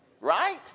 right